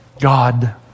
God